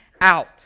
out